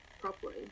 properly